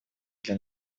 для